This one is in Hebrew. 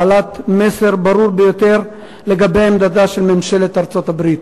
בעלת מסר ברור ביותר לגבי עמדתה של ממשלת ארצות-הברית.